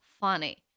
funny